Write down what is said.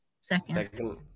Second